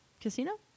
casino